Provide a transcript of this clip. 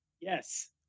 Yes